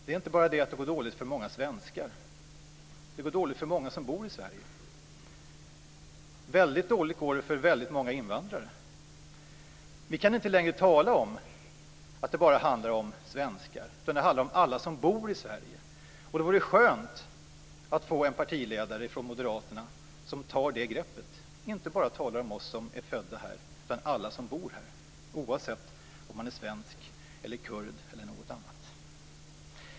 Det är inte bara det att det går dåligt för många svenskar; det går dåligt för många som bor i Sverige. Väldigt dåligt går det för väldigt många invandrare. Vi kan inte längre tala om att det bara handlar om svenskar, utan det handlar om alla som bor i Sverige. Det vore skönt att få en partiledare från Moderaterna som tar det greppet, som inte bara talar om oss som är födda här utan om alla som bor här, oavsett om man är svensk, kurd eller något annat.